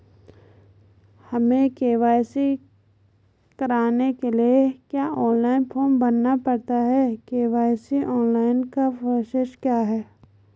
हमें के.वाई.सी कराने के लिए क्या ऑनलाइन फॉर्म भरना पड़ता है के.वाई.सी ऑनलाइन का प्रोसेस क्या है?